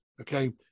okay